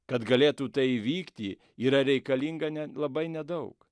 kad galėtų tai įvykti yra reikalinga ne labai nedaug